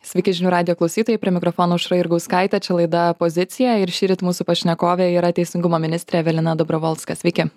sveiki žinių radijo klausytojai prie mikrofono aušra jurgauskaitė čia laida pozicija ir šįryt mūsų pašnekovė yra teisingumo ministrė evelina dobrovolska sveiki